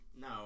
No